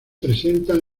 presentan